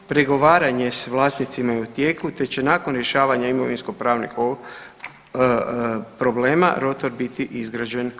Pregovaranje s vlasnicima je u tijeku te će nakon rješavanja imovinskopravnih problema rotor biti izgrađen.